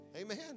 Amen